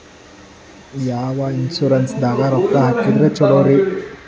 ಯಾವ ಇನ್ಶೂರೆನ್ಸ್ ದಾಗ ರೊಕ್ಕ ಹಾಕಿದ್ರ ಛಲೋರಿ?